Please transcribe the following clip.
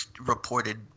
reported